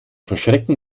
verschrecken